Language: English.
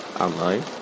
online